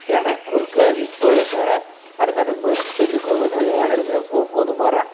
ஏன்னா குறுக்கே இவ்வளோ சனம் அடைஞ்சாப்புல இருக்கும் போது இடையில வந்து குறுக்கே புகுந்து போகிறான்